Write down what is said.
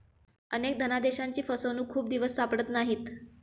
अनेक धनादेशांची फसवणूक खूप दिवस सापडत नाहीत